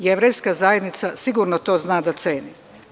Jevrejska zajednica sigurno to zna da ceni.